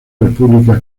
república